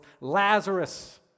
Lazarus